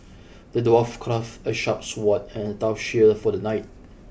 the dwarf crafted a sharp sword and a tough shield for the knight